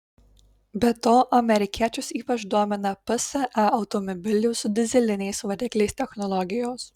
be to amerikiečius ypač domina psa automobilių su dyzeliniais varikliais technologijos